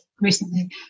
recently